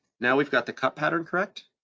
now we've got the cut pattern correct,